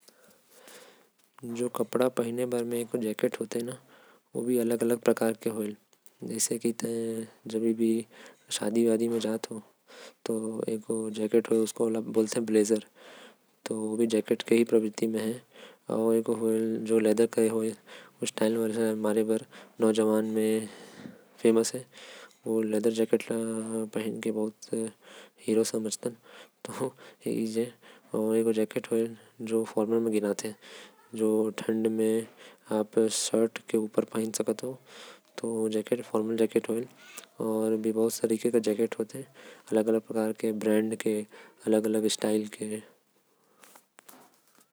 जैकेट भी बहुते प्रकार के होथे। अलगे अलग ब्रांड के होथे। एक होथे ब्लेजर जेके शादी पारटी म पहेनथे। एक होथे लैदर जैकेट जेके फैशन के तौर पर पहेनथे। एक होथे फॉर्मल जैकेट जेके शर्ट मन के ऊपर पहेनथे।